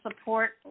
support